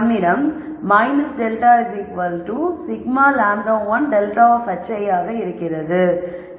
நம்மிடம் ∇ σ λ I ∇ of hi ஆக இருக்கிறது